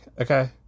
Okay